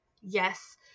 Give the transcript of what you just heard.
Yes